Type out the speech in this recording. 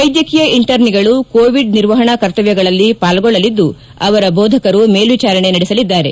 ವೈದ್ಯಕೀಯ ಇಂಟರ್ನಿಗಳು ಕೋವಿಡ್ ನಿರ್ವಹಣಾ ಕರ್ತವ್ಯಗಳಲ್ಲಿ ಪಾಲ್ಗೊಳ್ಳಲಿದ್ದು ಅವರ ಬೋಧಕರು ಮೇಲ್ವಿಚಾರಣೆ ನಡೆಸಲಿದ್ದಾರೆ